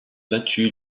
battu